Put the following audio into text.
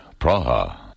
Praha